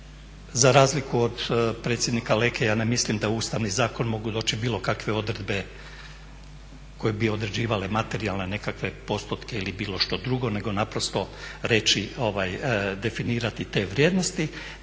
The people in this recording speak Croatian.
Za razliku od predsjednika Leke ja ne mislim da u ustavni zakon mogu doći bilo kakve odredbe koje bi određivale materijalne nekakve postotke ili bilo što drugo nego naprosto definirati te vrijednosti